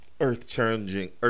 earth-changing